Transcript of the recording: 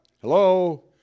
hello